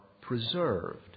preserved